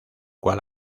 cual